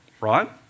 right